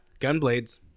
Gunblades